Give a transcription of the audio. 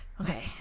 okay